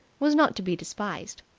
was not to be despised.